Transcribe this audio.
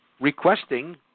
requesting